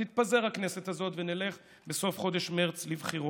תתפזר הכנסת הזאת ונלך בסוף חודש מרץ לבחירות.